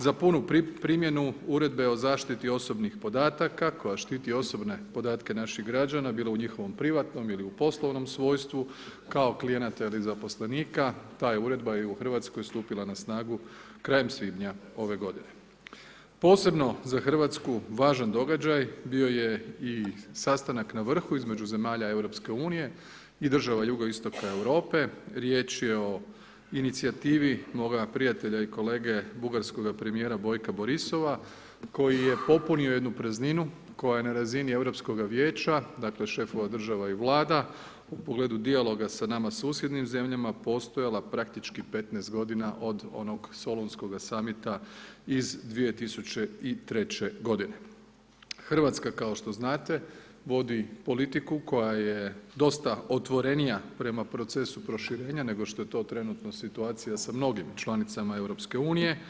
Za punu primjenu, uredbe za zaštiti osobnih podataka, koja štiti osobne podatake naših građana, bilo u njihovim privatnom ili u poslovnim svojstvu, kao klijenata ili zaposlenika, ta je uredba i u Hrvatskoj stupala na snagu krajem svibnja ove g. Posebno za Hrvatsku važan događaj, bio je i sastanak na vrhu između zemalja EU i država jugoistoka Europske, riječ je o inicijativi moga prijatelja i kolege, bugarskoga primjera Bojka Borisova, koji je popunio jednu prazninu, koja je na razini Europskoga vijeća, dakle, šefova država i vlada, u pogledu dijaloga s nama susjednim zemljama, postojala praktički 15 g. od onog Solunskuga summita iz 2003. g. Hrvatska kao što znate vodi politiku, koja je dosta otvorenija prema procesu proširenja, nego što je to trenutno situacija sa mnogim članicama EU.